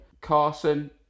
Carson